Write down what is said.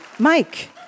Mike